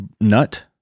nut